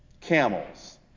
camels